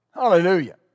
Hallelujah